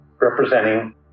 representing